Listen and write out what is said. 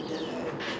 no bus lah